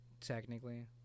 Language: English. Technically